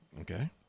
Okay